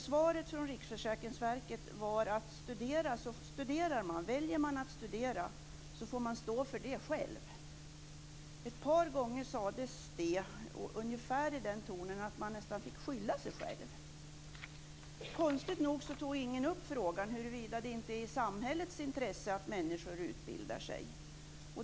Svaret från Riksförsäkringsverket var att väljer man att studera får man stå för det själv. Det sades ett par gånger och ungefär i den tonen att man nästan fick skylla sig själv. Konstigt nog tog ingen upp fråga huruvida det inte är i samhällets intresse att människor utbildar sig.